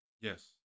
Yes